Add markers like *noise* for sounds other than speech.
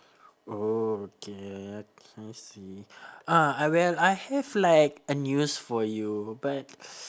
oh okay okay I see uh I well I have like a news for you but *noise*